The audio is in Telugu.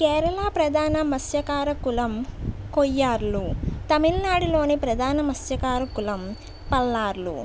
కేరళ ప్రధాన మత్స్య కార కులం కొయ్యార్లు తమిళనాడులోని ప్రధాన మత్స్య కార కులం పల్లార్లు